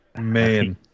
Man